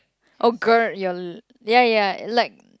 oh girt your l~ yeah yeah like